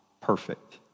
perfect